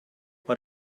what